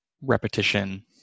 repetition